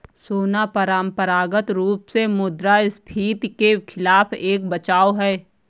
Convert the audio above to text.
सोना परंपरागत रूप से मुद्रास्फीति के खिलाफ एक बचाव है